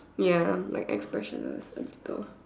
ya like expressionless and stuff